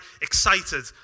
excited